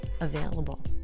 available